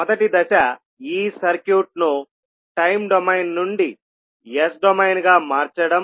మొదటి దశ ఈ సర్క్యూట్ను టైమ్ డొమైన్ నుండి S డొమైన్గా మార్చడం